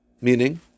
Meaning